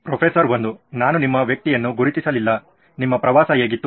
professor 1 ನಾನು ನಿಮ್ಮ ವ್ಯಕ್ತಿಯನ್ನು ಗುರುತಿಸಲಿಲ್ಲ ನಿಮ್ಮ ಪ್ರವಾಸ ಹೇಗಿತ್ತು